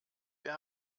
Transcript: wir